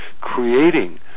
creating